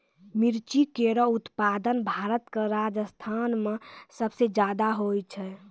मिर्ची केरो उत्पादन भारत क राजस्थान म सबसे जादा होय छै